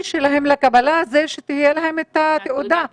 שלהם לקבלה הוא שתהיה להם תעודת הבגרות.